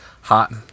hot